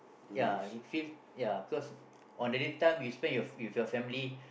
ya it feel ya cause on the day time you spend with your family